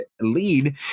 lead